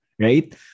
right